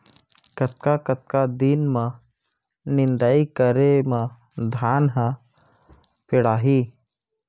कतका कतका दिन म निदाई करे म धान ह पेड़ाही?